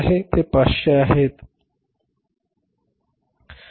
ते 500 आहेत